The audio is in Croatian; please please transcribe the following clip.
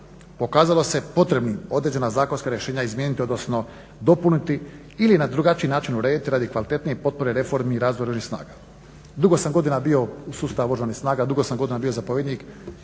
pokazalo se potrebnim određena zakonska rješenja izmijeniti odnosno dopuniti ili na drugačiji način urediti radi kvalitetnije potpore reformi i razvoju Oružanih snaga. Dugo sam godina bio u sustavu Oružanih snaga, dugo sam godina bio zapovjednik